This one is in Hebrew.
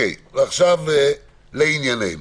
עכשיו לענייננו.